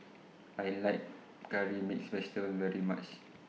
I like Curry Mixed Vegetable very much